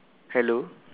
hello